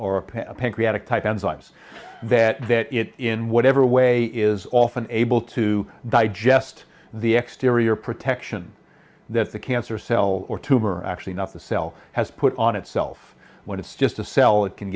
size that that it in whatever way is often able to digest the exteriors protection that the cancer cell or tumor actually not the cell has put on itself when it's just a cell it can